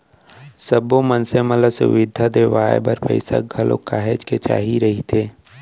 सब्बो मनसे मन ल सुबिधा देवाय बर पइसा घलोक काहेच के चाही रहिथे